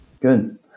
Good